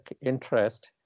interest